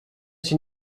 się